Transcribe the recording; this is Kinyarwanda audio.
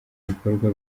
bikorwa